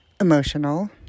emotional